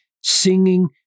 singing